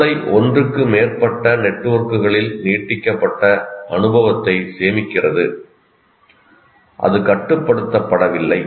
மூளை ஒன்றுக்கு மேற்பட்ட நெட்வொர்க்குகளில் நீட்டிக்கப்பட்ட அனுபவத்தை சேமிக்கிறது அது கட்டுப்படுத்தப்படவில்லை